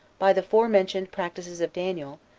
by the forementioned predictions of daniel,